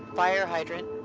fire hydrant,